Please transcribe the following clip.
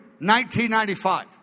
1995